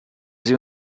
sie